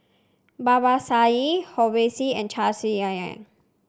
Babasaheb Rohit and Chandrasekaran